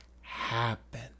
happen